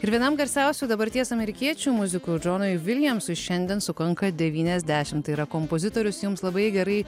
ir vienam garsiausių dabarties amerikiečių muzikų džonui viljamsui šiandien sukanka devyniasdešimt tai yra kompozitorius jums labai gerai